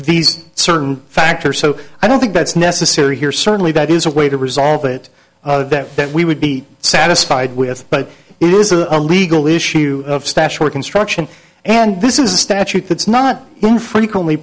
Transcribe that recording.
these certain factors so i don't think that's necessary here certainly that is a way to resolve it that that we would be satisfied with but it is a legal issue of statutory construction and this is a statute that's not infrequently